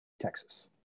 Texas